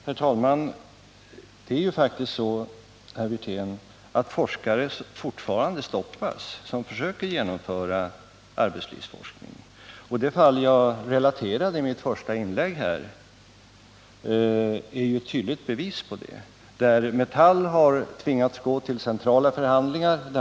Herr talman! Det är ju faktiskt så, herr Wirtén, att forskare som försöker genomföra arbetslivsforskning fortfarande stoppas. Det fall som jag relaterade i mitt första inlägg är ett tydligt bevis på detta. Metall har tvingats gå till centrala förhandlingar.